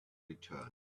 return